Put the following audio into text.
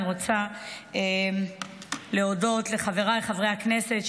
אני רוצה להודות לחבריי חברי הכנסת,